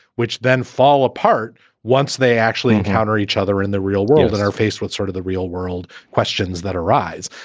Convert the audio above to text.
which then fall apart once they actually encounter each other in the real world and are faced with sort of the real world questions that arise.